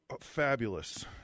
fabulous